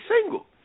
single